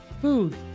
food